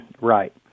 Right